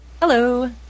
Hello